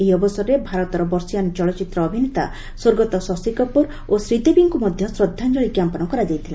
ଏହି ଅବସରରେ ଭାରତର ବର୍ଷୀୟାନ୍ ଚଳଚ୍ଚିତ୍ର ଅଭିନେତା ସ୍ୱର୍ଗତ ଶଶିକାପୁର ଓ ଶ୍ରୀଦେବୀଙ୍କୁ ମଧ୍ୟ ଶ୍ରଦ୍ଧାଞ୍ଜଳି ଜ୍ଞାପନ କରାଯାଇଥିଲା